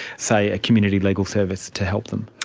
say, a community legal service to help them.